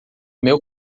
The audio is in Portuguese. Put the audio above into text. meu